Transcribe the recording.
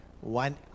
one